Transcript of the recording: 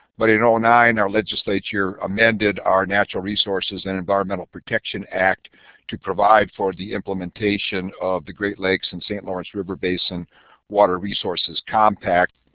but in ah nine our legislature amended our natural resources and environmental protection act to provide for the implementation of the great lakes in saint lawrence river basin water resources compact,